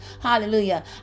Hallelujah